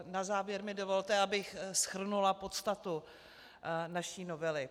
Na závěr mi dovolte, abych shrnula podstatu naší novely.